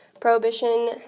Prohibition